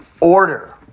order